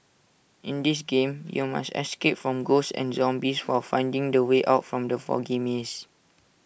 in this game you must escape from ghosts and zombies while finding the way out from the foggy maze